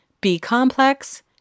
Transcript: B-complex